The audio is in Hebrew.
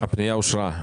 הצבעה אושר הפנייה אושרה.